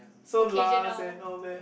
occasional